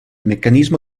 meccanismo